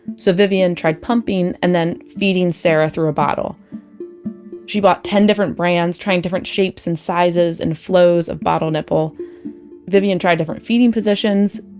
so vivian tried pumping and feeding sarah through bottle she bought ten different brands, trying different shapes and sizes and flows of bottle nipple vivian tried different feeding positions.